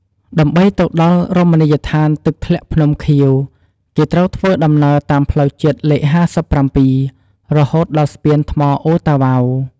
ដើម្បីទៅដល់រមណីយដ្ឋាន «ទឹកធ្លាក់ភ្នំខៀវ» គេត្រូវធ្វើដំណើរតាមផ្លូវជាតិលេខ៥៧ រហូតដល់ស្ពានថ្មអូរតាវ៉ៅ។